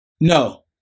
No